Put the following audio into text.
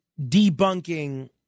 debunking